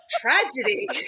tragedy